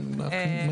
בסדר.